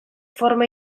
forma